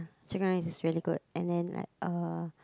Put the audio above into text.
chicken rice is really good and then like uh